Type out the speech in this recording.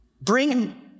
bring